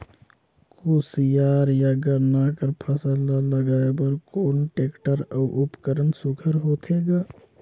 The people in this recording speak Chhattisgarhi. कोशियार या गन्ना कर फसल ल लगाय बर कोन टेक्टर अउ उपकरण सुघ्घर होथे ग?